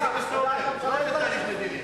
מדיני.